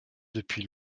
depuis